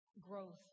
growth